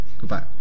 goodbye